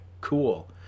cool